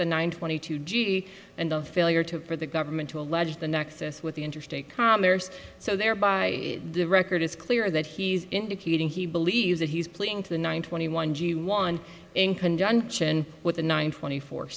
the nine twenty two g b and of failure to for the government to allege the nexus with the interstate commerce so thereby the record is clear that he's indicating he believes that he's playing to the nine twenty one g one in conjunction with the nine twenty four